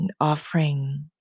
offering